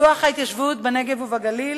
פיתוח ההתיישבות בנגב ובגליל,